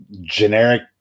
generic